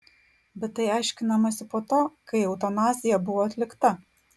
bet tai aiškinamasi po to kai eutanazija buvo atlikta